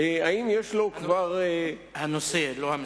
הנושא, לא המשרד.